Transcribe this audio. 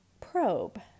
probe